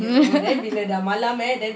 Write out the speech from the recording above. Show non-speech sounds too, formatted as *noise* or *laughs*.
*laughs*